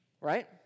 right